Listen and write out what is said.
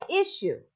issue